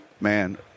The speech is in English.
man